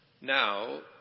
Now